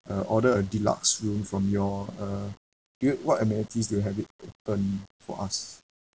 uh order a deluxe room from your uh do you what amenities do you have it in return for us